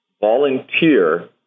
Volunteer